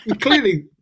Clearly